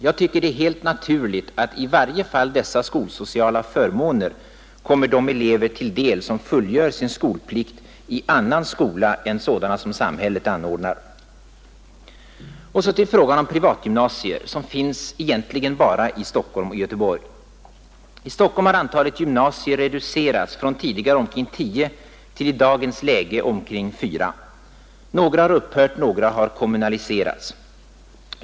Jag tycker det är helt naturligt att i varje fall dessa skolsociala förmåner kommer de elever till del som fullgör sin skolplikt i annan skola än sådan som samhället anordnar. Vad beträffar frågan om privatgymnasier finns sådana egentligen bara i Stockholm och Göteborg. I Stockholm har antalet privatgymnasier reducerats från tidigare omkring tio till i dagens läge omkring fyra. Några har upphört, några har kommunaliserats.